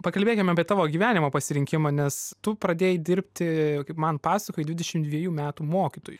pakalbėkim apie tavo gyvenimo pasirinkimą nes tu pradėjai dirbti kaip man pasakojai dvidešim dviejų metų mokytoju